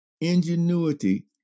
ingenuity